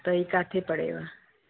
त ही किथे पढ़ेव